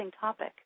topic